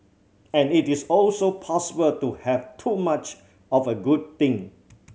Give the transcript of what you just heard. and it is also possible to have too much of a good thing